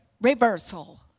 Reversal